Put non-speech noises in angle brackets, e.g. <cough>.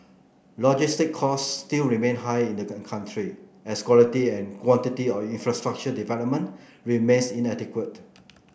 logistic costs still remain high in the <unintelligible> country as quality and quantity of infrastructure development remains inadequate